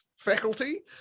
faculty